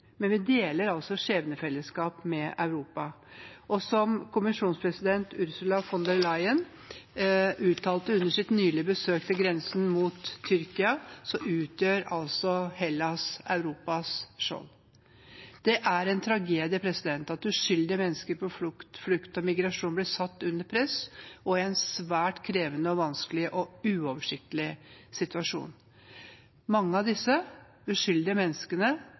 men vi deler et skjebnefellesskap med Europa. Som kommisjonspresident Ursula von der Leyen uttalte under sitt nylige besøk til grensen mot Tyrkia, utgjør Hellas Europas skjold. Det er en tragedie at uskyldige mennesker på flukt og i migrasjon blir satt under press og i en svært krevende, vanskelig og uoversiktlig situasjon. Mange av disse uskyldige menneskene